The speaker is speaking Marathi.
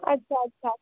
अच्छा अच्छा